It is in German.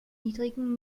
niedrigen